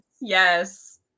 yes